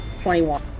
21